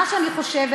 מה שאני חושבת,